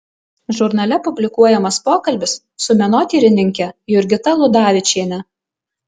žurnale publikuojamas pokalbis su menotyrininke jurgita ludavičiene